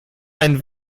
ein